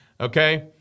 Okay